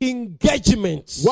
Engagements